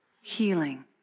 healing